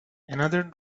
another